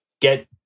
get